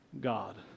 God